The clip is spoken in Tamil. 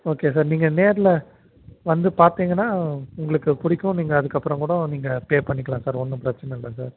ஓகே சார் நீங்கள் நேர்ல வந்து பார்த்திங்கனா உங்களுக்கு பிடிக்கும் நீங்கள் அதுக்கப்புறம் கூட நீங்கள் பே பண்ணிக்கலாம் சார் ஒன்றும் பிரச்சனை இல்லை சார்